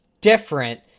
different